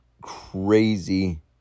crazy